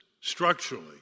structurally